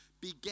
began